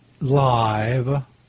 live